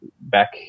back